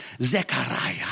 Zechariah